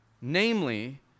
namely